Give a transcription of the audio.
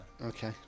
Okay